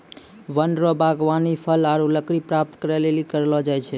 वन रो वागबानी फल आरु लकड़ी प्राप्त करै लेली करलो जाय छै